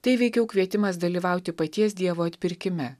tai veikiau kvietimas dalyvauti paties dievo atpirkime